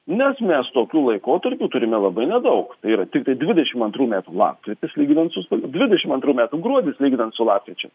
nes mes tokių laikotarpių turime labai nedaug tai yra tik dvidešimt antrų metų lapkritis lyginant su spaliu dvidešim antrų metų gruodis lyginant su lapkričiu